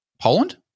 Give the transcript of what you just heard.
Poland